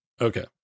Okay